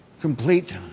complete